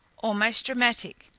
almost dramatic,